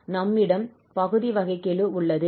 நம்மிடம் பகுதி வகைக்கெழு சமன்பாடு உள்ளது